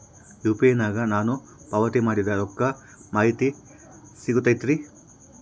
UPI ನಾಗ ನಾನು ಪಾವತಿ ಮಾಡಿದ ರೊಕ್ಕದ ಮಾಹಿತಿ ಸಿಗುತೈತೇನ್ರಿ?